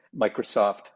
Microsoft